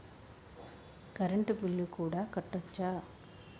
Current bill కూడా కట్టొచ్చా?